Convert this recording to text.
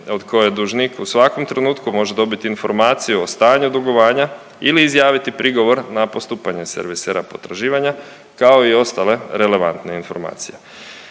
od koje dužnik u svakom trenutku može dobiti informaciju o stanju dugovanja ili izjaviti prigovor na postupanje servisera potraživanje kao i ostale relevantne informacije.